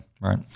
Right